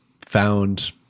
found